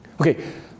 Okay